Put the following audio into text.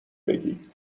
بگی